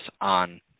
on